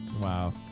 wow